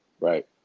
Right